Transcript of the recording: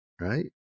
right